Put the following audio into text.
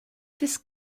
this